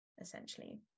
essentially